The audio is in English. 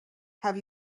have